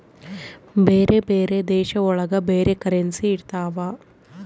ಬೇರೆ ಬೇರೆ ದೇಶ ಒಳಗ ಬೇರೆ ಕರೆನ್ಸಿ ಇರ್ತವ